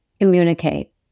communicate